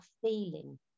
feeling